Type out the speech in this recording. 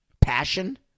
passion